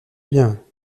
bien